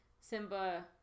simba